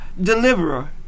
deliverer